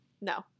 No